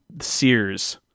sears